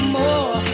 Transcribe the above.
more